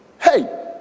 hey